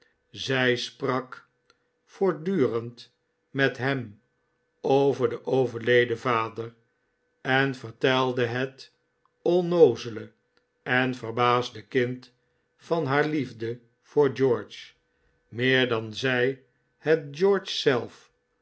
zij sprak voortdurend met hem over den overleden vader en vertelde het onnoozele en verbaasde kind van haar liefde voor george meer dan zij het george zelf